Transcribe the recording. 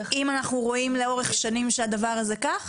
אחד ----- אם אנחנו רואים לאורך שנים שהדבר הזה כך?